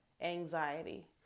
anxiety